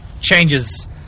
changes